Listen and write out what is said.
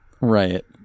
Right